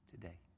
today